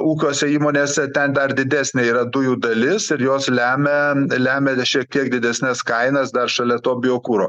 ūkiuose įmonėse ten dar didesnė yra dujų dalis ir jos lemia lemia šiek tiek didesnes kainas dar šalia to biokuro